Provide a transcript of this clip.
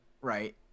right